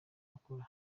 bakora